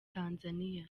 tanzania